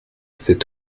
cet